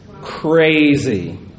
crazy